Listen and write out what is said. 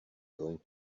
going